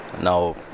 Now